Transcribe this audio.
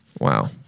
Wow